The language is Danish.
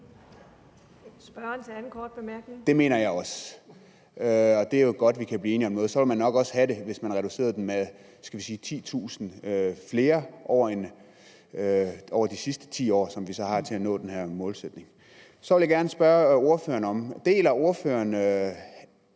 Joachim B. Olsen (LA): Det mener jeg også. Og det er jo godt, at vi kan blive enige om noget. Sådan ville man nok også have det, hvis man havde reduceret den med, skal vi sige 10.000 flere over de næste 10 år, som vi har til at nå den her målsætning. Så vil jeg gerne spørge ordføreren: Deler ordføreren